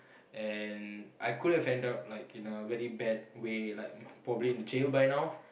and I could have ended up like in a very bad way like probably in jail by now